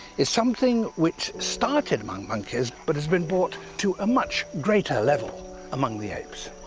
is something which started among monkeys, but has been brought to a much greater level among the apes.